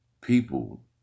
people